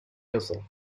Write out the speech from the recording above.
yourself